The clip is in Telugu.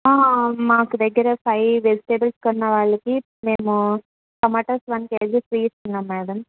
మా దగ్గర ఫైవ్ వెజిటేబుల్స్ కొన్నవాళ్ళకి మేము టమాటాస్ వన్ కేజీ ఫ్రీ ఇస్తున్నాం మేడమ్